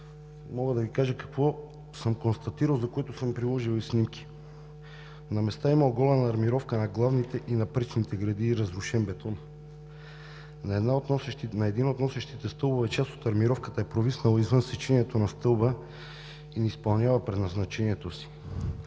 мога да Ви кажа какво съм констатирал, за което съм приложил и снимки. На места има оголена армировка на главните и напречните греди и разрушен бетон. На един от носещите стълбове част от армировката е провиснала извън сечението на стълба и не изпълнява предназначението си.